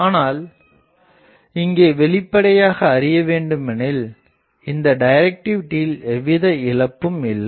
ஆனால் இங்கே வெளிப்படையாக அறியவேண்டுமெனில் இந்த டைரக்டிவிடியில் எவ்வித இழப்பும் இல்லை